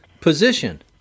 position